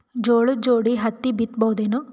ಜೋಳದ ಜೋಡಿ ಹತ್ತಿ ಬಿತ್ತ ಬಹುದೇನು?